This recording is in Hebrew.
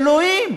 אלוהים,